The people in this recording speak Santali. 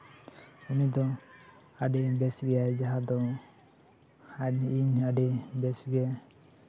ᱩᱱᱤ ᱫᱚ ᱟᱹᱰᱤ ᱵᱮᱥ ᱜᱮᱭᱟᱭ ᱡᱟᱦᱟᱸ ᱫᱚ ᱤᱧ ᱟᱹᱰᱤ ᱵᱮᱥᱜᱮ